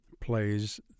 plays